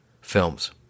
films